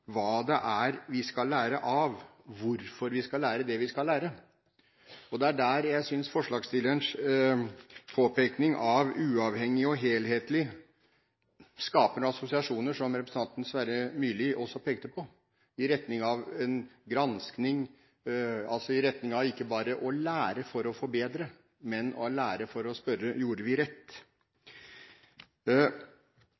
hva det er vi skal lære av, og hvorfor vi skal lære det vi skal lære. Det er der jeg synes forslagsstillerens ønske om en «uavhengig og helhetlig gjennomgang» skaper assosiasjoner – som representanten Sverre Myrli også pekte på – i retning av en granskning, altså av at man ikke bare skal lære for å forbedre, men at man skal lære for å spørre: Gjorde vi rett?